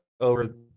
over